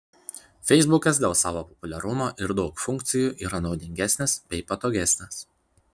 feisbukas dėl savo populiarumo ir daug funkcijų yra naudingesnis bei patogesnis